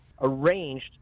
arranged –